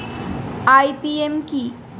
IPM কি?